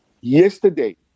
yesterday